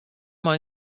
mei